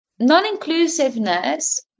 Non-inclusiveness